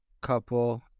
couple